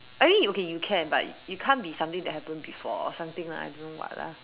I mean okay you can but it can't be something that happened before or something lah I don't know what lah